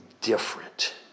different